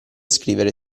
scrivere